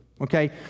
okay